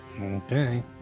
Okay